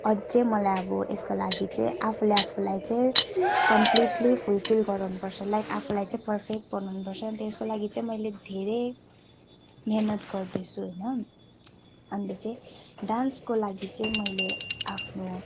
अझै मलाई अब यसको लागि चाहिँ आफूले आफूलाई चाहिँ कम्प्लिटली फुलफिल गराउनुपर्छ लाइक आफूलाई चाहिँ पर्फेक्ट बनाउनुपर्छ अन्त यसको लागि चाहिँ मैले धेरै मिहिनेत गर्दैछु होइन अन्त चाहिँ डान्सको लागि चाहिँ मैले आफ्नो